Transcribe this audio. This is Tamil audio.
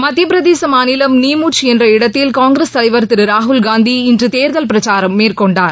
மத்தியப் பிரதேச மாநிலம் நீமுச் என்ற இடத்தில் காங்கிரஸ் தலைவர் திரு ராகுல்காந்தி இன்று தேர்தல் பிரச்சாரம் மேற்கொண்டார்